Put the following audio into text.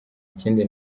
kindi